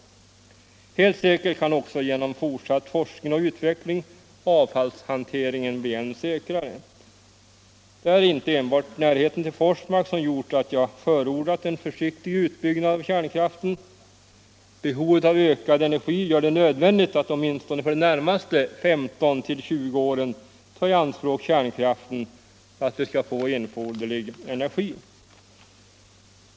Utan tvivel kan också genom fortsatt forskning och utveckling avfallshanteringen bli än säkrare. Det är inte enbart min hemorts närhet till Forsmark som gjort att jag förordat en försiktig utbyggnad av kärnkraften. Behovet av ökad energi gör det nödvändigt att åtminstone för de närmaste 15-20 åren ta kärnkraften i anspråk för att vi skall få erforderlig energi.